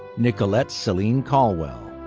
nicolette selene colwell.